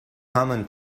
common